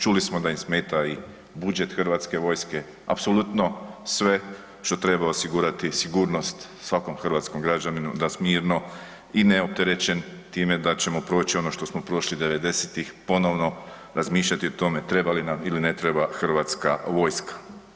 Čuli smo da im smeta i budžet Hrvatske vojske, apsolutno sve što treba osigurati sigurnost svakom hrvatskom građaninu da mirno i neopterećen time da ćemo proći ono što smo prošli '90.-tih ponovno razmišljati o tome treba li nam ili ne treba Hrvatska vojska.